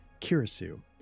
Kirisu